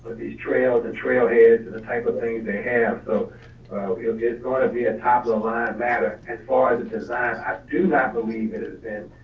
these trails and trail heads and the type of things they have. so you're just going to be a top so of our matter as for the designs, i do not believe it has been